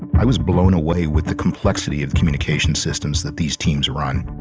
i was blown away with the complexity of communication systems that these teams run.